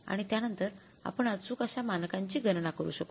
आणि त्यानंतर आपण अचूक अशा मानकांची गणना करू शकू